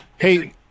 Hey